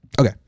Okay